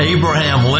Abraham